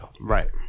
Right